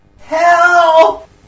Help